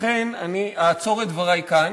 לכן אני אעצור את דברי כאן,